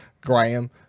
Graham